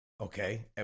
Okay